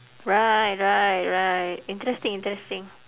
right right right interesting interesting